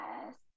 Yes